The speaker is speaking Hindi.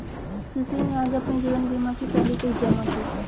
सुशील ने आज अपने जीवन बीमा की पहली किश्त जमा की